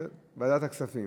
בסדר, ועדת הכספים.